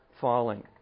falling